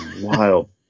wild